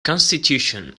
constitution